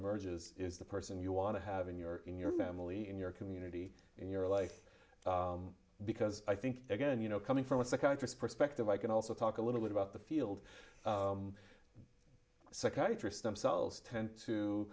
emerges is the person you want to have in your in your family in your community in your life because i think they're going you know coming from a psychiatrist perspective i can also talk a little bit about the field psychiatrists themselves tend to